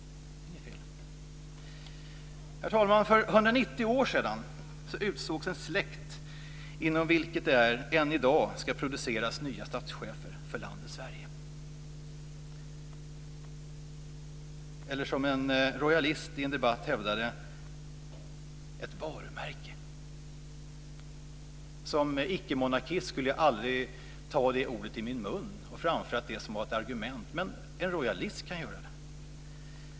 Herr talman! För 190 år sedan utsågs en släkt inom vilken det än i dag ska produceras nya statschefer för landet Sverige. Eller som en rojalist i en debatt hävdade: ett varumärke. Som icke-monarkist skulle jag aldrig ta det ordet i min mun och framföra det som ett argument. Men en rojalist kan göra det!